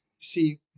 see